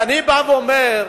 אני אומר: